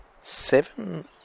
seven